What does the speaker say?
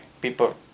People